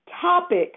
topic